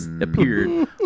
appeared